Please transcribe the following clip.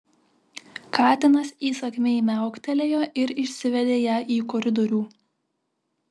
katinas įsakmiai miauktelėjo ir išsivedė ją į koridorių